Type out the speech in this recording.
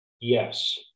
Yes